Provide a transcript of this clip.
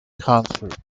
concert